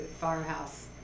Farmhouse